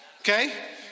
Okay